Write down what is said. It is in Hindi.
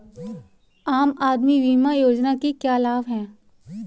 आम आदमी बीमा योजना के क्या लाभ हैं?